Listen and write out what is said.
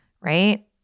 right